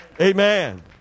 amen